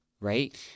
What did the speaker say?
Right